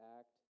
act